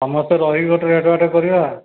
ସମସ୍ତେ ରହିକି ଗୋଟେ ରେଟ୍ମେଟ୍ କରିବା